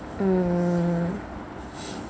um